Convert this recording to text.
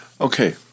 okay